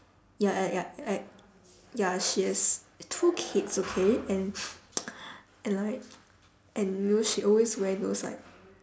ya ya ya ya ya she has two kids okay and and like and you know she always wear those like